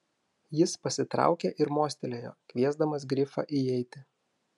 jis pasitraukė ir mostelėjo kviesdamas grifą įeiti